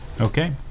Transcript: Okay